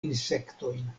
insektojn